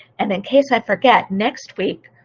and in case i forget next week,